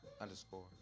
underscore